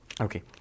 Okay